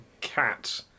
Cat